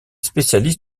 spécialiste